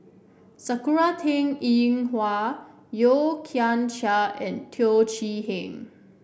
Sakura Teng Ying Hua Yeo Kian Chai and Teo Chee Hean